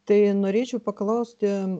tai norėčiau paklausti